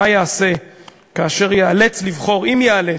מה יעשה כאשר ייאלץ לבחור, אם ייאלץ,